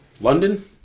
London